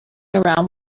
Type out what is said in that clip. around